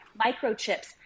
microchips